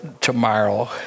tomorrow